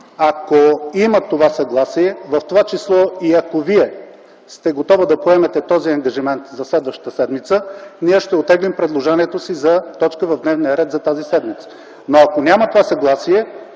ако има това съгласие, в това число и ако Вие сте готова да поемете този ангажимент за следващата седмица, ние ще оттеглим предложението си за точка в дневния ред за тази седмица. Но, ако няма това съгласие,